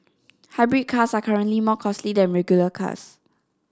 hybrid cars are currently more costly than regular cars